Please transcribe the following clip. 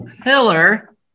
pillar